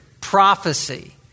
prophecy